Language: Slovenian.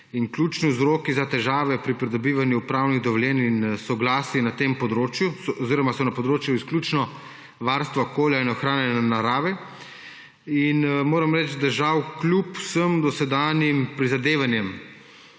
In ključni vzroki za težave pri pridobivanju upravnih dovoljenj in soglasij so na področju izključno varstva okolja in ohranjanja narave. In moram reči, da žal kljub vsem dosedanjim prizadevanjem